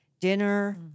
Dinner